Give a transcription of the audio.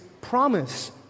promise